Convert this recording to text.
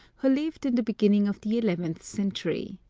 who lived in the beginning of the eleventh century.